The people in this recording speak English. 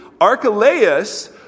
Archelaus